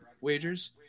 wagers